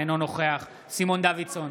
אינו נוכח סימון דוידסון,